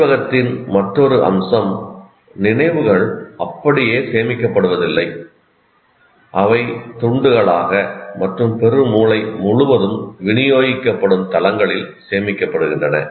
நினைவகத்தின் மற்றொரு அம்சம் நினைவுகள் அப்படியே சேமிக்கப்படுவதில்லை அவை துண்டுகளாக மற்றும் பெருமூளை முழுவதும் விநியோகிக்கப்படும் தளங்களில் சேமிக்கப்படுகின்றன